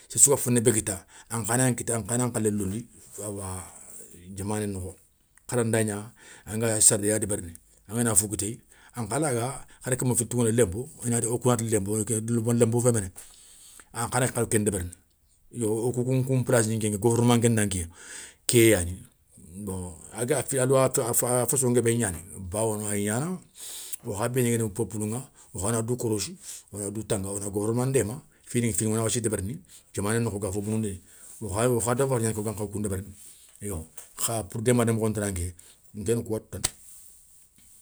Séré sou ga foné bé kita ankha nan khawa, an khana khalé londi awa diamané nokho, haranda gna anga sardé ya débérini angana fo kitéyé, an kha raga hari komo fili tougana limpot wo kouna ti limpot, wanda limpot fé méné ankha nan khawa ken débérini, yo wo kou nkou plassi nkéŋa gouvernement nkénda nké ké yaani, a fasso nguébé gnani. bawoni a ya gnana wo kha béni guéni peupoulou ŋa wo khana dou kourossi wona dou tanga wona gouvernement ndéma fini ŋa fini wona wassi débérini, diamané nokho ga fo bonondini, wo kha devoir gnani kéŋa wongakhaw koun débérini yo kha pour démandé mokhon tanan ké, nkéna kouya tou tani.